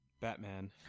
Batman